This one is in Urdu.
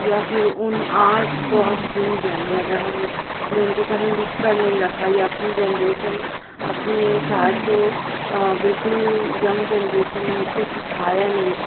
یا پھر ان آرٹس کو ہم بھول جائیں گے اگر ہم نے ان کو کہیں لکھ کر نہیں رکھا یا اپنی جنریشن اپنی ساتھ جو بالکل ینگ جنریشن ہے اس کو سکھایا نہیں